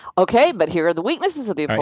okay, but here are the weaknesses of the but